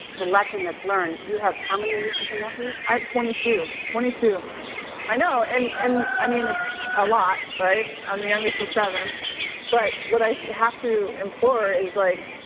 the lesson that's learned, you have how many nieces and nephews? i have twenty two, twenty two i know, and and i mean, it's a lot, right? i'm the youngest of seven but what i have to implore is like,